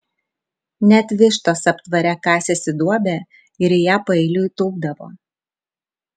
net vištos aptvare kasėsi duobę ir į ją paeiliui tūpdavo